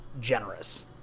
generous